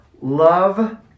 love